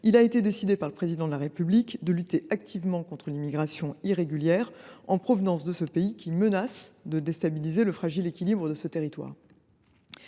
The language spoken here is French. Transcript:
il a été décidé par le Président de la République de lutter activement contre l’immigration irrégulière en provenance de l’Union des Comores, laquelle menace de déstabiliser le fragile équilibre de ce territoire